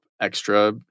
extra